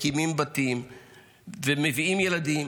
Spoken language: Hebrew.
מקימים בתים ומביאים ילדים,